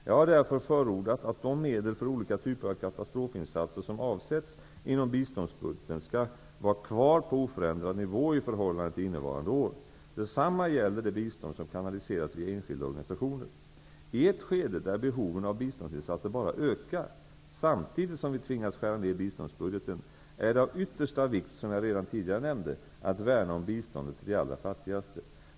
Jag har därför förordat att de medel för olika typer av katastrofinsatser som avsätts inom biståndsbudgeten skall vara kvar på oförändrad nivå i förhållande till innevarande år. Detsamma gäller det bistånd som kanaliseras via enskilda organisationer. I ett skede där behoven av biståndsinsatser bara ökar, samtidigt som vi tvingas skära ned biståndsbudgeten, är det av yttersta vikt, som jag redan tidigare nämnde, att värna om biståndet till de allra fattigaste.